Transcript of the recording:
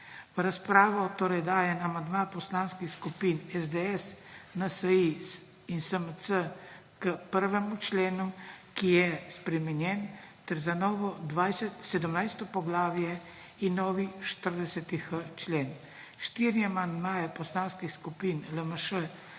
V razpravo torej dajem amandma poslanskih skupin SDS, NSi in SMC k 1. členu, ki je spremenjen, ter za novo 17. poglavje in novi 40.h člen, 4 amandmaje poslanskih skupin LMŠ,